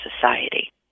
society